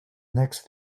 next